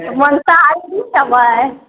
मनता अछि की खेबै